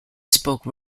spoke